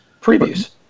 previews